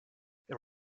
and